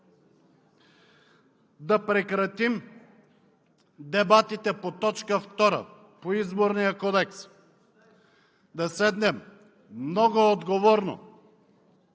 да прекратим дебатите по точка втора, по Изборния кодекс, да седнем много отговорно